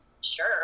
sure